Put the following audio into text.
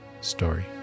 story